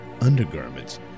undergarments